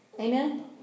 Amen